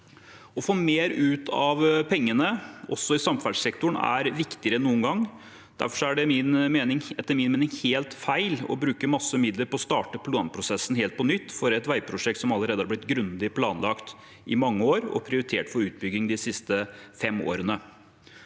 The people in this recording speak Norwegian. Å få mer ut av pengene, også i samferdselssektoren, er viktigere enn noen gang. Derfor er det etter min mening helt feil å bruke masse midler på å starte planprosessen helt på nytt for et veiprosjekt som allerede har blitt grundig planlagt i mange år og prioritert for utbygging de siste fem årene.